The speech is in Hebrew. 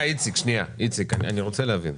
אבל רגע, שנייה, איציק, אני רוצה להבין.